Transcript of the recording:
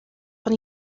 van